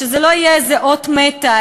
שזה לא יהיה איזה אות מתה,